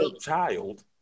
child